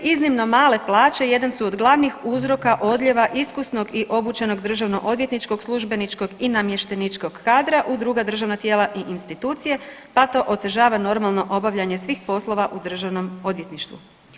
Iznimno male plaće jedan su od glavnih uzroka odlijeva iskusnog i obučenog državno-odvjetničkog službeničkog i namješteničkog kadra u druga državna tijela i institucije, pa to otežava normalno obavljanje svih poslova u Državnom odvjetništvu.